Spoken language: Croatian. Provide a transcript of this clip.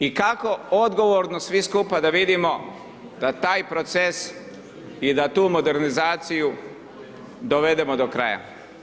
I kako odgovorno svi skupa da vidimo, da taj proces i da tu modernizaciju dovedemo do kraja.